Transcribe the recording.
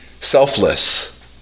selfless